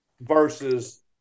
versus